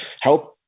help